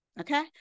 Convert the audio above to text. okay